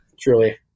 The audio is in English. truly